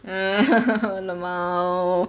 L_M_A_O